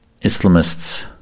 Islamists